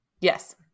Yes